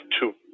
two